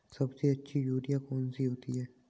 सबसे अच्छी यूरिया कौन सी होती है?